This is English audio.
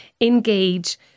engage